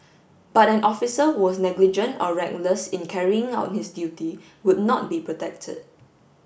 but an officer who was negligent or reckless in carrying out his duty would not be protected